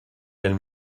elle